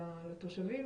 לתושבים,